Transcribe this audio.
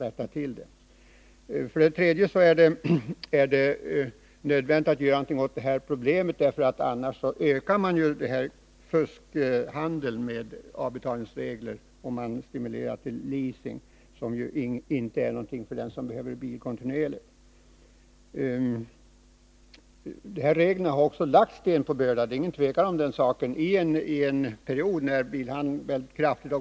Ett tredje skäl att göra någonting åt problemet är att man annars ökar fuskhandeln och stimulerar leasingen, som ju inte är någonting för den som behöver bil kontinuerligt. Dessa regler har också lagt sten på börda — det råder inget tvivel om den saken — under en period då bilhandeln har gått ned kraftigt.